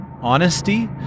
honesty